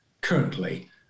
currently